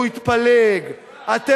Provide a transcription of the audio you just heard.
שהוא יתפלג, הוא כבר מתפרק, הוא מתפרק.